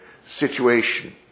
situation